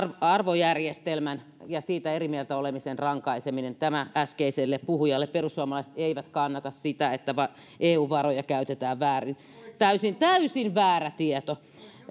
arvojärjestelmä ja siitä eri mieltä olemisesta rankaiseminen tämä äskeiselle puhujalle perussuomalaiset eivät kannata sitä että eun varoja käytetään väärin täysin täysin väärä tieto